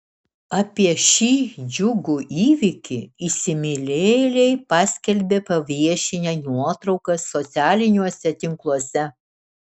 apie šį džiugų įvykį įsimylėjėliai paskelbė paviešinę nuotraukas socialiniuose tinkluose